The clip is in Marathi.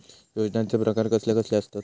योजनांचे प्रकार कसले कसले असतत?